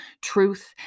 truth